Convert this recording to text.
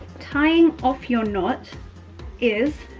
tying off your knot is,